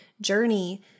journey